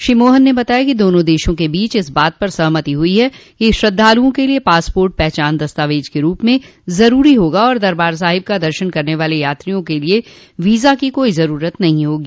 श्री मोहन ने बताया कि दोनों देशों के बीच इस बात पर सहमति हुई है कि श्रद्वालुओं के लिए पासपोर्ट पहचान दस्तावेज के रूप में जरूरी होगा और दरबार साहिब का दर्शन करने वाले यात्रियों के लिये वीजा की कोई जरूरत नहीं होगी